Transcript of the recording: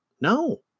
No